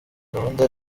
gahunda